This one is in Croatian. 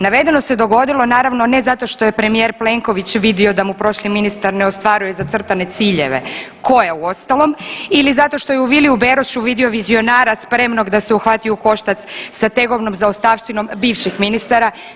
Navedeno se dogodilo naravno ne zato što je premijer Plenković vidio da mu prošli ministar ne ostvaruje zacrtane ciljeve, koje uostalom ili zato što je u Viliju Berošu vidio vizionara spremnog da se uhvati u koštac sa tegovnom zaostavštinom bivših ministara.